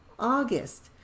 August